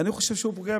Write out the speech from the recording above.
הוא פוגע בעצמו,